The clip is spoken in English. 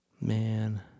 Man